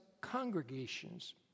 congregations